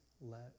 let